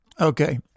Okay